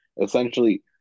essentially